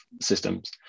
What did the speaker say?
systems